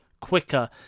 quicker